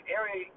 area